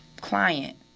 client